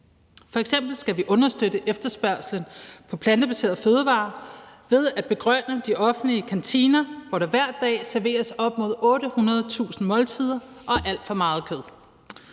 F.eks. skal vi understøtte efterspørgslen på plantebaserede fødevarer ved at gøre det grønnere i de offentlige kantiner, hvor der hver dag serveres op mod 800.000 måltider og alt for meget kød.